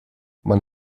man